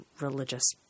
religious